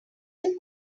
your